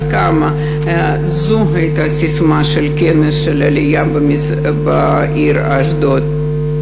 קמה" זו הייתה הססמה של כנס העלייה בעיר אשדוד.